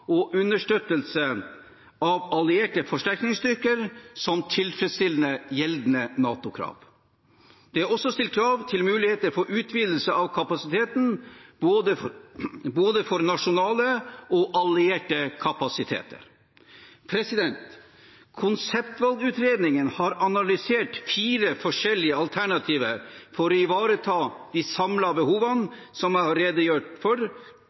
og understøttelse av allierte forsterkningsstyrker som tilfredsstiller gjeldende NATO-krav. Det er også stilt krav til muligheter for utvidelse av kapasiteten for både nasjonale og allierte kapasiteter. Konseptvalgutredningen har analysert fire forskjellige alternativer for å ivareta de samlede behovene – som jeg har redegjort for